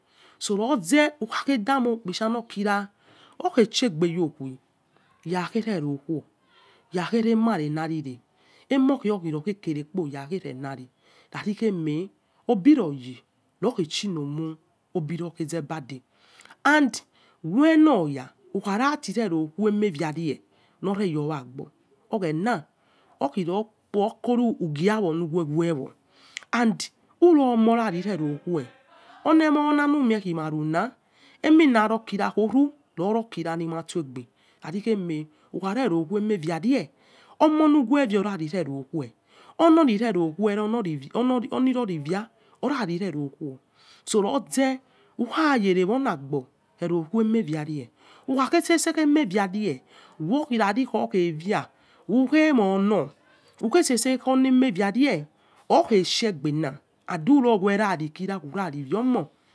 So roze ukha kheda moi okpit cha nokira okhe chi egbe yor okwui ya khe rerokior ya khr remarenarireh emokgeyor khirok hekerekpo yakherenari rari khemedobiroje rokhechinomor obirokheze bade and wenoroya arati oghena okhi rokoro ugie awo ni kuwe oni emonanumi khimague masto egbe rari khemeh ukhare ovari rerokhe oni orirerokhe onirorivia arari reroku sorotso rotze ukhagere wonagbo rerokhu emeviare ukhakhe sese khi emr viare okhe shegbena and uro werarikira urari vio omo